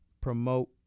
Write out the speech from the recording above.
promote